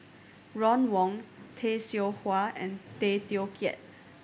Ron Wong Tay Seow Huah and Tay Teow Kiat